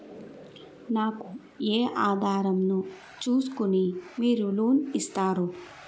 నాకు ఏ ఆధారం ను చూస్కుని మీరు లోన్ ఇస్తారు?